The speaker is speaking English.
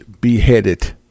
Beheaded